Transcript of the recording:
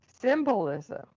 symbolism